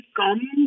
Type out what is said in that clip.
come